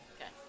Okay